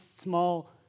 small